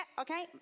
okay